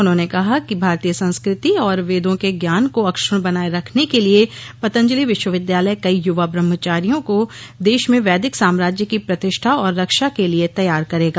उन्होंने कहा कि भारतीय संस्कृति और वेदों के ज्ञान को अक्षुण बनाये रखने के लिए पतंजलि विश्वविद्यालय कई युवा ब्रम्हचारियों को देश में वैदिक साम्राज्य की प्रतिष्ठा और रक्षा के लिए तैयार करेगा